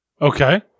Okay